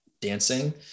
dancing